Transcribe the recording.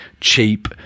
cheap